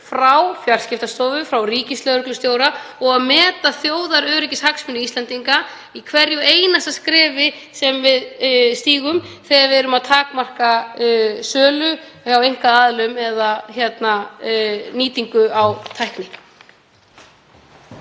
frá Fjarskiptastofu, frá ríkislögreglustjóra og meta þjóðaröryggishagsmuni Íslendinga í hverju einasta skrefi sem við stígum þegar við erum að takmarka sölu hjá einkaaðilum eða nýtingu á tækni.